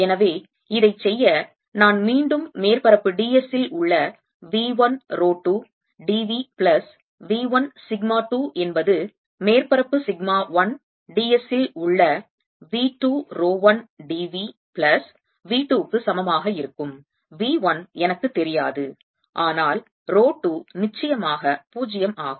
எனவே இதைச் செய்ய நான் மீண்டும் மேற்பரப்பு d s இல் உள்ள V 1 rho 2 d V plus V 1 sigma 2 என்பது மேற்பரப்பு சிக்மா 1 d s இல் உள்ள V 2 rho 1 d V plus V 2 க்கு சமமாக இருக்கும் V 1 எனக்கு தெரியாது ஆனால் ரோ 2 நிச்சயமாக 0 ஆகும்